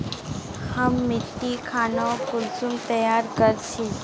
हम मिट्टी खानोक कुंसम तैयार कर छी?